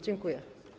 Dziękuję.